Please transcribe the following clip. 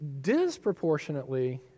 disproportionately